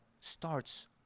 starts